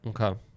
Okay